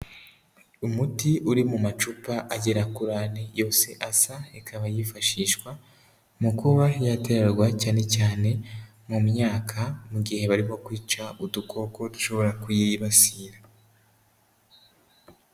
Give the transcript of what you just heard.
Umuti uri mu macupa agera kuri ane yose asa, ikaba yifashishwa mu kuba yaterwa cyane cyane mu myaka mu gihe barimo kwica udukoko dushobora kuyibasira.